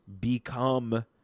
become